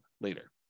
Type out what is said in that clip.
later